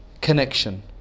connection